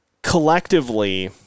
Collectively